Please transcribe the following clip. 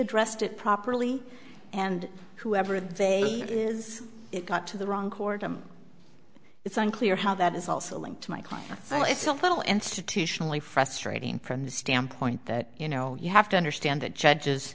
addressed it properly and whoever they is it got to the wrong court i'm it's unclear how that is also linked to my client itself little institutionally frustrating from the standpoint that you know you have to understand the judges